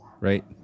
Right